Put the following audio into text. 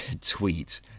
Tweet